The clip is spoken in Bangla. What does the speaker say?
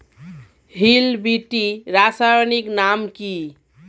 হিল বিটি রাসায়নিক নাম কি?